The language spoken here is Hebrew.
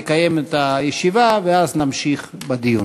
נקיים את הישיבה ואז נמשיך בדיון.